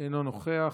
אינו נוכח.